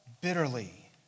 bitterly